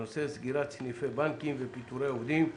הנושא: סגירת סניפי בנקים ופיטורי עובדים,